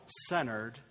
centered